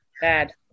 Bad